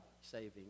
saving